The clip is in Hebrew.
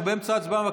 אנחנו באמצע הצבעה.